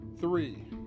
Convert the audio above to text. Three